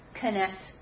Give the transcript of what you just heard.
connect